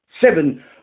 Seven